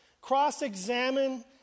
Cross-examine